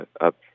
up